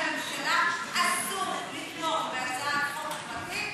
לממשלה אסור לתמוך בהצעת חוק פרטית